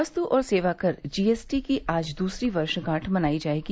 वस्तु और सेवा कर जी एस टी की आज दूसरी वर्षगांठ मनायी जायेगी